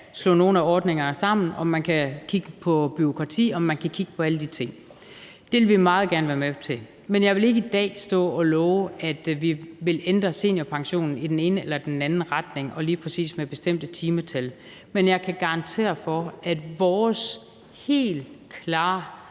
slå nogle af ordningerne sammen, om man kan kigge på bureaukrati, og om man kan kigge på alle de ting. Det vil vi meget gerne være med til. Men jeg vil ikke i dag stå og love, at vi vil ændre seniorpensionen i den ene eller den anden retning og lige præcis med bestemte timetal. Men jeg kan garantere for, at vores helt klare